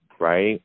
right